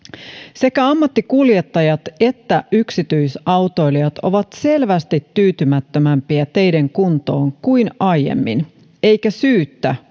sekä ammattikuljettajat että yksityisautoilijat ovat selvästi tyytymättömämpiä teiden kuntoon kuin aiemmin eikä syyttä